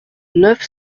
neuf